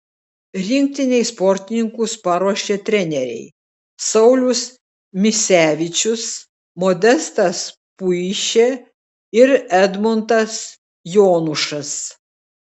rinktinei sportininkus paruošė treneriai saulius misevičius modestas puišė ir edmundas jonušas